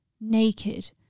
Naked